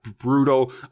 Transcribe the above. brutal